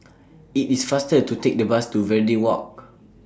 IT IS faster to Take The Bus to Verde Walk